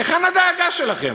היכן הדאגה שלכם?